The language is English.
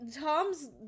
Tom's